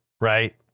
right